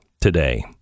today